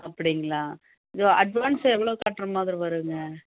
அப்படிங்களா இது அட்வான்ஸ் எவ்வளோ கட்டுற மாதிரி வருங்க